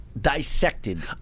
dissected